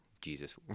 Jesus